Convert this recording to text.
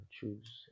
choose